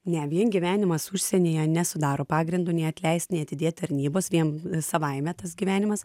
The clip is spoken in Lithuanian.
ne vien gyvenimas užsienyje nesudaro pagrindo nei atleist nei atidėt tarnybos vien savaime tas gyvenimas